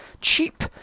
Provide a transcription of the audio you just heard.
Cheap